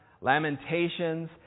Lamentations